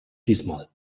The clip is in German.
diesmal